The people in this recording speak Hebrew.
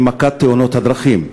היא מכת תאונות הדרכים.